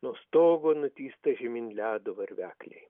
nuo stogo nutįsta žemyn ledo varvekliai